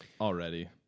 already